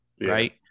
right